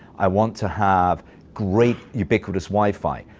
i want to have great, ubiquitous wi-fi.